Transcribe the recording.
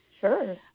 Sure